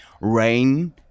rain